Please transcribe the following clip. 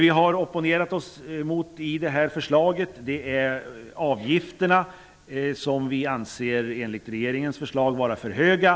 Vi har opponerat oss mot avgifterna som nämns i regeringens förslag. Vi anser att de är för höga.